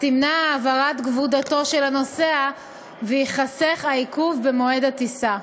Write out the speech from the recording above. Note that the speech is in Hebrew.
ותימנע העברת כבודתו וייחסך העיכוב במועד הטיסה.